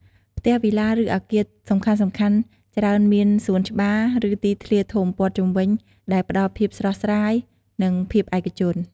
ផ្ទះវីឡា ឬអគារសំខាន់ៗច្រើនមាន សួនច្បារ ឬ ទីធ្លាធំ ព័ទ្ធជុំវិញ ដែលផ្តល់ភាពស្រស់ស្រាយ និងភាពឯកជន។